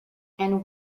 and